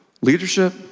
leadership